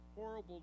horrible